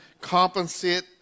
compensate